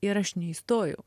ir aš neįstojau